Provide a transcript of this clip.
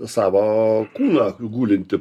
savo kūną gulintį